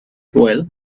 well